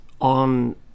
on